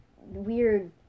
weird